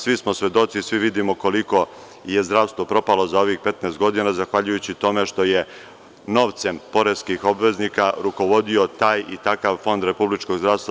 Svi smo svedoci, svi vidimo koliko je zdravstvo propalo za ovih 15 godina zahvaljujući tome što je novcem poreskih obveznika rukovodio taj i takav RFZO.